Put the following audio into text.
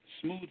smooth